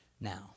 now